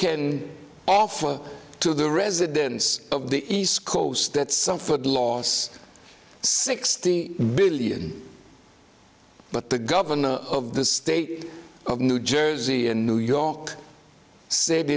can offer to the residents of the east coast that suffered loss sixty billion but the governor of the state of new jersey in new york